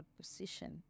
position